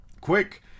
quick